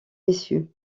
issue